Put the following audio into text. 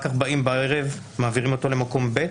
כך באים בערב ומעבירים אותו למקום ב',